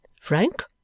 Frank